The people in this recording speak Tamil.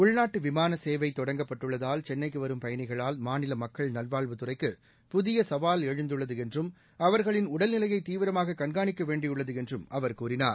உள்நாட்டு விமான சேவை தொடங்கப்பட்டுள்ளதால் சென்னைக்கு வரும் பயணிகளால் மாநில மக்கள் நல்வாழ்வுத்துறைக்கு புதிய சவால் எழுந்துள்ளது என்றும் அவர்களின் உடல்நிலையை தீவிரமாக கண்காணிக்க வேண்டியுள்ளது என்றும் அவர் கூறினார்